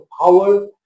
power